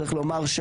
צריך לומר,